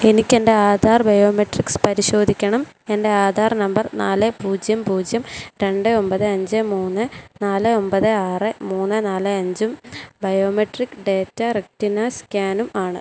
എനിക്കെൻ്റെ ആധാർ ബയോമെട്രിക്സ് പരിശോധിക്കണം എൻ്റെ ആധാർ നമ്പർ നാല് പൂജ്യം പൂജ്യം രണ്ട് ഒമ്പത് അഞ്ച് മൂന്ന് നാല് ഒമ്പത് ആറ് മൂന്ന് നാല് അഞ്ചും ബയോമെട്രിക് ഡാറ്റ റെറ്റിന സ്കാനും ആണ്